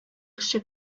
кеше